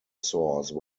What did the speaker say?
source